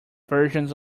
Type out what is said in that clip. versions